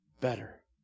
better